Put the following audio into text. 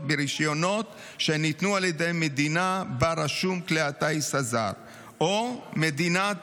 וברישיונות שניתנו על ידי המדינה שבה רשום כלי הטיס הזר או מדינת